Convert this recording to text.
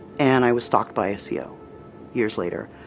and i was stalked by a co years later.